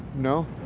no?